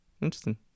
Interesting